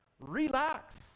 relax